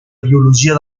biologia